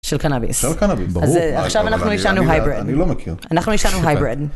של קנאביס. של קנאביס, ברור. אז עכשיו אנחנו עישנו הייבריד. אני לא מכיר. אנחנו עישנו הייבריד.